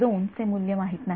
आपल्याला चे मूल्य माहित नाही